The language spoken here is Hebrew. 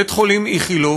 בית-החולים איכילוב,